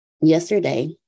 Yesterday